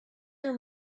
are